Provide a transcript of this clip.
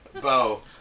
Bo